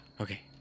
Okay